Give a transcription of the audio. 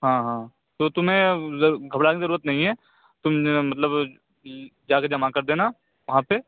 ہاں ہاں تو تمہیں گھبرانے کی ضرورت نہیں ہے تم مطلب جا کے جمع کر دینا وہاں پہ